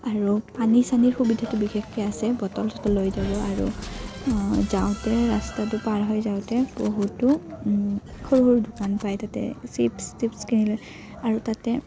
আৰু পানী চানীৰ সুবিধাটো বিশেষকৈ আছে বটল চটল লৈ যাব আৰু যাওঁতে ৰাস্তাটো পাৰ হৈ যাওঁতে বহুতো সৰু সৰু দোকান পায় তাতে চিপছ টিপছ কিনিলে আৰু তাতে